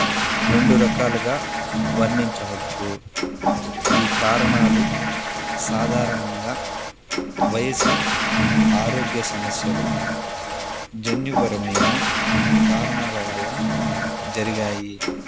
రెండు రకాలుగా వర్ణించవచ్చు ఈ కారణాలు సాధారణంగా వయసు ఆరోగ్య సమస్యలు జన్యుపరమైన కారణాల వల్ల జరిగాయి